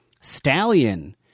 Stallion